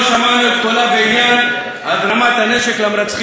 בעניין הזרמת הנשק למרצחים בדרום-סודאן.